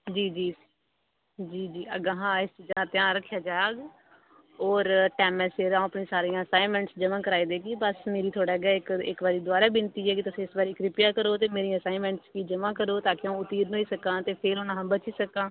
जी जी जी जी अग्गें शा एह् ध्यान रक्खेआ जाह्ग होर टाइमां सिर अं'ऊ अपनियां असाइनमेंटस जमां कराई देगी मेरा बस थुहाड़ा इक्क बारी दोबारा विनती की इक्क बारी तुस किरपेआ करो ते मेरी असाइनमेंटस गी जमां करो ताकी अं'ऊ उत्तीर्ण होई सकां ते फिर अं'ऊ अग्गें बधी सकां